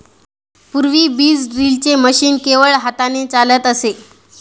पूर्वी बीज ड्रिलचे मशीन केवळ हाताने चालत असे